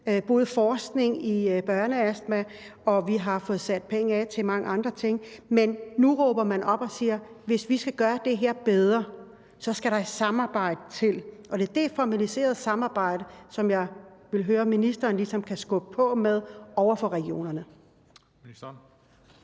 både forskning i børneastma og til mange andre ting. Men nu råber man op og siger: Hvis vi skal gøre det her bedre, skal der et samarbejde til, og det er det formaliserede samarbejde, som jeg vil høre om ministeren ligesom kan skubbe på i forhold til over for regionerne.